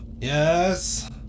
Yes